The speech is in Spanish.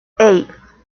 hey